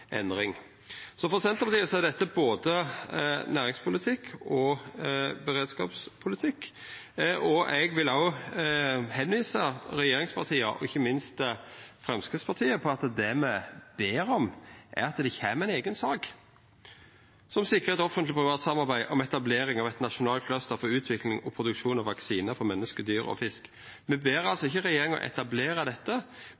For Senterpartiet er dette både næringspolitikk og beredskapspolitikk, og eg vil til regjeringspartia, og ikkje minst til Framstegspartiet, òg visa til at det me ber om, er at det kjem ei eiga sak som «sikrer offentlig-privat samarbeid om etablering av et nasjonalt cluster for utvikling og produksjon av vaksiner for mennesker, dyr og fisk.» Me ber